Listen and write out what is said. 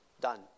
done